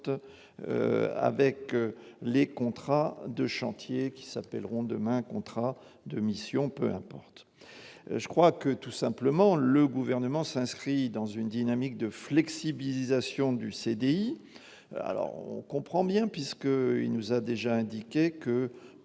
avec les contrats de chantier qui s'appelleront demain, contrat de mission, peu importe, je crois que tout simplement, le gouvernement s'inscrit dans une dynamique de flexibilisation du CDI alors on comprend bien, puisque, il nous a déjà indiqué que